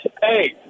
hey